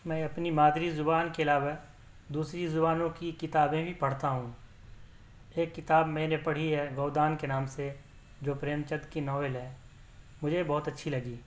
میں اپنی مادری زبان کے علاوہ دوسری زبانوں کی کتابیں بھی پڑھتا ہوں ایک کتاب میں نے پڑھی ہے گؤدان کے نام سے جو پریم چند کی ناول ہے مجھے بہت اچھی لگی